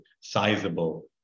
sizable